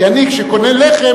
כי כשאני קונה לחם,